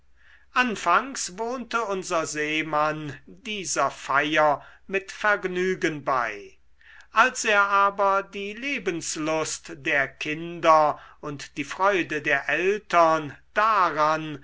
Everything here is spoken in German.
anfangs wohnte unser seemann dieser feier mit vergnügen bei als er aber die lebenslust der kinder und die freude der eltern daran